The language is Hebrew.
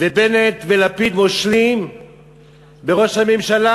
ובנט ולפיד מושלים בראש הממשלה.